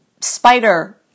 spider